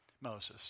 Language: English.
Moses